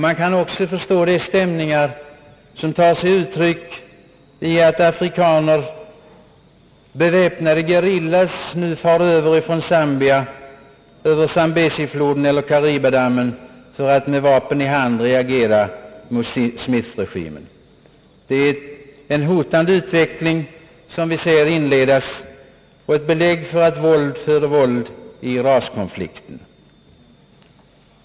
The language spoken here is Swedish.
Man kan också förstå de stämningar som tar sig uttryck i att beväpnade gerillas tar sig från Zambia över Zambesifloden eller Karibadammen för att med vapen i hand reagera mot Smithregimen. Det är en hotande utveckling som vi här ser inledas och ett belägg för att våld föder våld i raskonflikter.